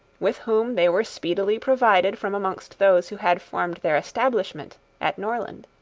with whom they were speedily provided from amongst those who had formed their establishment at norland.